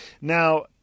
Now